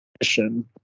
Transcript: mission